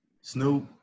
Snoop